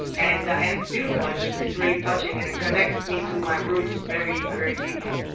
and and it's beautiful. it just it's really touching. and it connects me to my roots very, very deeply.